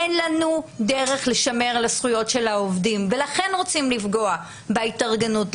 אין לנו דרך לשמר את זכויות העובדים ולכן רוצים לפגוע בהתארגנות,